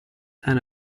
and